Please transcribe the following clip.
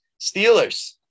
Steelers